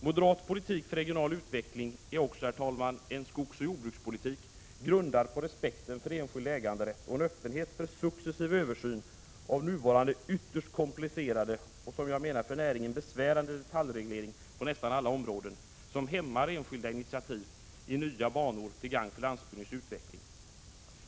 Moderat politik för regional utveckling är också en skogsoch jordbrukspolitik, grundad på respekten för enskild äganderätt och öppenhet för en successiv översyn av nuvarande ytterst komplicerade och för näringen besvärande detaljreglering på nästan alla områden, vilken hämmar enskilda initiativ i nya banor till gagn för landsbygdens utveckling.